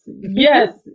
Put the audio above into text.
yes